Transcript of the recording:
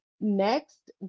Next